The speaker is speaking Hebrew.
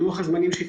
לוח הזמנים שלהם,